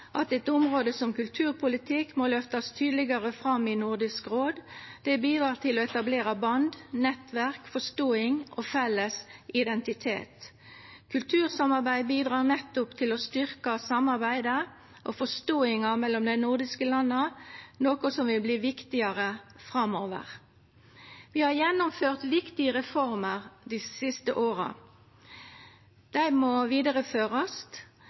at eit område som kulturpolitikk må løftast tydelegare fram i Nordisk råd. Det bidreg til å etablera band, nettverk, forståing og felles identitet. Kultursamarbeid bidreg nettopp til å styrkja samarbeidet og forståinga mellom dei nordiske landa, noko som vil bli viktigare framover. Vi har gjennomført viktige reformer dei siste åra. Dei må vidareførast.